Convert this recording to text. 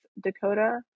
Dakota